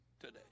today